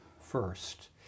first